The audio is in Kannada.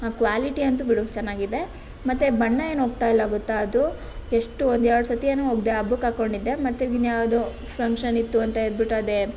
ಆ ಕ್ವಾಲಿಟಿ ಅಂತೂ ಬಿಡು ಚೆನ್ನಾಗಿದೆ ಮತ್ತು ಬಣ್ಣ ಏನು ಹೋಗ್ತಾ ಇಲ್ಲ ಗೊತ್ತಾ ಅದು ಎಷ್ಟು ಒಂದು ಎರಡು ಸತಿ ಏನೋ ಒಗೆದೆ ಹಬ್ಬಕ್ಕೆ ಹಾಕಿಕೊಂಡಿದ್ದೆ ಮತ್ತು ಇನ್ಯಾವುದೋ ಫಂಕ್ಷನ್ ಇತ್ತು ಅಂತ ಹೇಳಿಬಿಟ್ಟು ಅದೇ